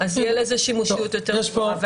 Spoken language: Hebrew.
תהיה לזה שימושיות יותר גבוהה.